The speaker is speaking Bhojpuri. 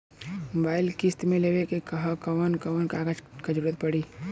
मोबाइल किस्त मे लेवे के ह कवन कवन कागज क जरुरत पड़ी?